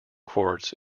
quartz